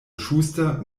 schuster